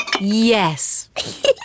Yes